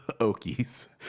okies